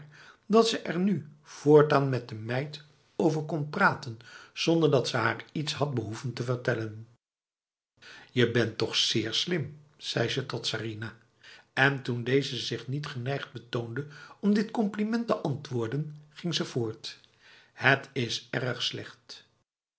dat ze er nu voortaan met de meid over kon praten zonder dat ze haar iets had behoeven te vertellen je bent toch zeer slim zei ze tot sarinah en toen deze zich niet geneigd betoonde om op dit compliment te antwoorden ging ze voort het is erg slecht